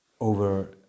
over